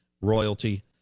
royalty